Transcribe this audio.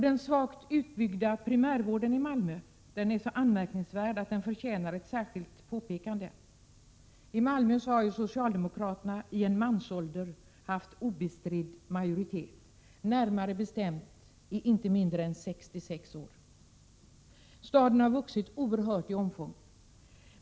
Den svagt utbyggda primärvården i Malmö är så anmärkningsvärd att den förtjänar ett särskilt påpekande. I Malmö har ju socialdemokraterna under en mansålder haft obestridd majoritet, närmare bestämt under inte mindre än 66 år. Staden har vuxit oerhört mycket i omfång.